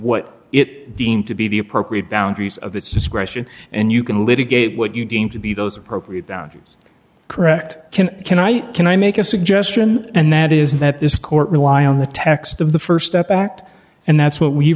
what it deemed to be the appropriate boundaries of its discretion and you can litigate what you deem to be those appropriate boundaries correct can can i can i make a suggestion and that is that this court rely on the text of the st step act and that's what we